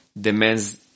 demands